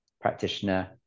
practitioner